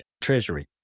treasury